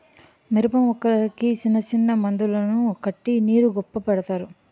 మిరపమొక్కలకి సిన్నసిన్న మందులను కట్టి నీరు గొప్పు పెడతారు